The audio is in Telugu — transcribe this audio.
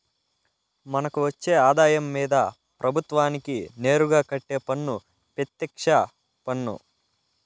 మనకు వచ్చే ఆదాయం మీద ప్రభుత్వానికి నేరుగా కట్టే పన్ను పెత్యక్ష పన్ను